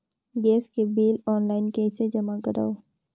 Gas के bill online कइसे जमा करव?